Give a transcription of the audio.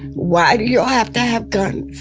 why do you all have to have guns?